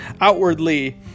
Outwardly